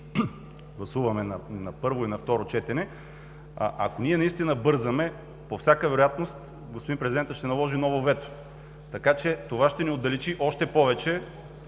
гласуваме на първо и на второ четене, ако ние наистина бързаме, по всяка вероятност господин Президентът ще наложи ново вето, така че това ще ни отдалечи още повече